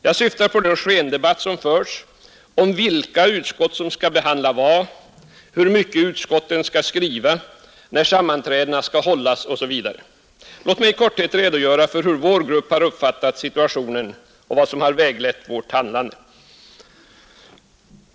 Jag syftar på den skendebatt som förts om vilka utskott som skall behandla vad, hur mycket utskotten skall skriva, när sammanträden skall hållas osv. Låt mig i korthet redogöra för hur vår grupp uppfattat situationen och vad som väglett vårt handlande.